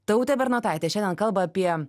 tautė bernotaitė šiandien kalba apie